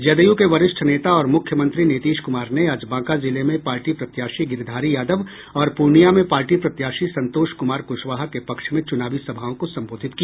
जदयू के वरिष्ठ नेता और मुख्यमंत्री नीतीश कुमार ने आज बांका जिले में पार्टी प्रत्याशी गिरिधारी यादव और पूर्णियां में पार्टी प्रत्याशी संतोष कुमार कुशवाहा के पक्ष में चुनावी सभाओं को संबोधित किया